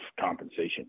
compensation